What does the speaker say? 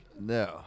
No